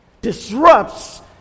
disrupts